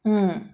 mm